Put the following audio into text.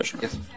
Yes